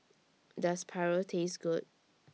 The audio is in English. Does Paru Taste Good